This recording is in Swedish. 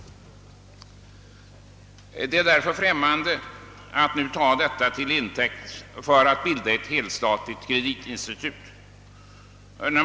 Det är därför verklighetsfrämmande att nu taga detta till intäkt för att bilda ett helstatligt kreditinstitut.